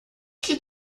que